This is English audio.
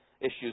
issues